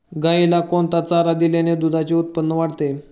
गाईला कोणता चारा दिल्याने दुधाचे उत्पन्न वाढते?